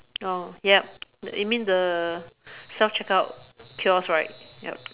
oh yup you mean the self checkout kiosk right yup